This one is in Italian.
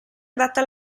adatta